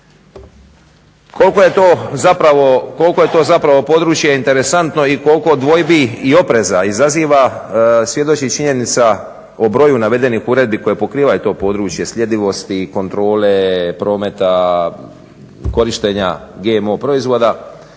Koliko je to zapravo područje zapravo interesantno i koliko dvojbi i opreza izaziva svjedoči činjenica o broju navedenih uredbi koje pokrivaju to područje sljedivosti, kontrole, prometa, korištenja GMO proizvoda.